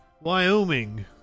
Wyoming